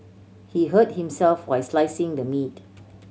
he hurt himself while slicing the meat